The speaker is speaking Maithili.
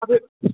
अभी